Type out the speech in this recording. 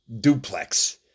duplex